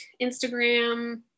Instagram